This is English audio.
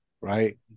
right